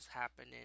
happening